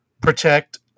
Protect